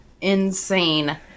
insane